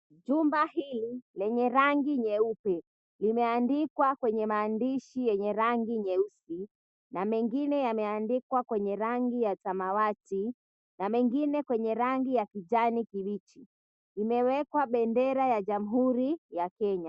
Jumba hili lenye rangi nyeupe limeandikwa kwenye maandishi yenye rangi nyeusi, na mengine yameandikwa kwenye rangi ya samawati, na mengine kwenye rangi ya kijani kibichi. Imewekwa bendera ya Jamhuri ya Kenya.